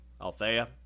Althea